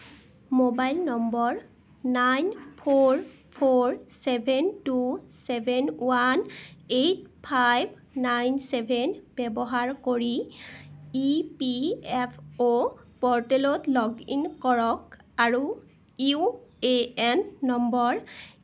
mobile number nine four four seven two seven one eight nine seven ব্যৱহাৰ কৰি E P F O প'ৰ্টেলত log in কৰক আৰু U A N number